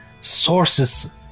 sources